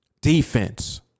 Defense